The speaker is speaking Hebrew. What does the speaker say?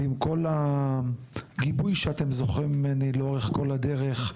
ועם כל הגיבוי שאתם זוכים לו ממני לאורך כל הדרך,